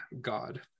God